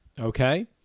okay